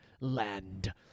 land